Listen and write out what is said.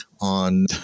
on